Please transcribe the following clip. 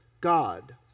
God